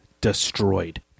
destroyed